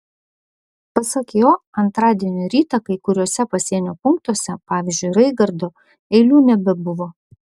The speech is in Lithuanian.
pasak jo antradienio rytą kai kuriuose pasienio punktuose pavyzdžiui raigardo eilių nebebuvo